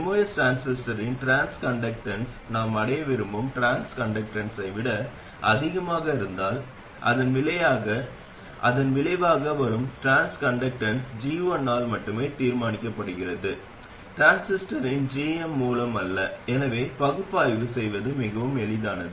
MOS டிரான்சிஸ்டரின் transconductance நாம் அடைய விரும்பும் டிரான்ஸ் கண்டக்டன்ஸை விட அதிகமாக இருந்தால் அதன் விளைவாக வரும் டிரான்ஸ் கண்டக்டன்ஸ் G1 ஆல் மட்டுமே தீர்மானிக்கப்படுகிறது டிரான்சிஸ்டரின் gm மூலம் அல்ல எனவே பகுப்பாய்வு செய்வது மிகவும் எளிதானது